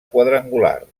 quadrangular